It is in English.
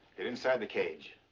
inside the cage.